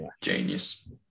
Genius